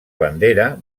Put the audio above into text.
bandera